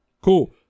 Cool